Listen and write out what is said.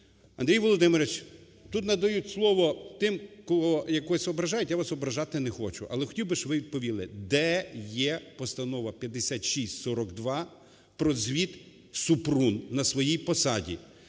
Андрій Володимирович, тут надають слово тим, кого якось ображають, я вас ображати не хочу. Але хотів би, щоб ви відповіли, де є Постанова 5642 про звіт Супрун на своїй посаді?